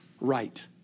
right